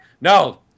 No